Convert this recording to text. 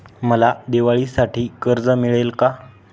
मला दिवाळीसाठी कर्ज मिळेल का?